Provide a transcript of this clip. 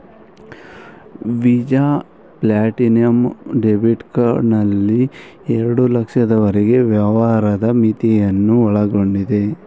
visa platinum debit card ನಲ್ಲಿ ಎರಡು ಲಕ್ಷದವರೆಗೆ ವ್ಯವಹಾರದ ಮಿತಿಯನ್ನು ಒಳಗೊಂಡಿದೆ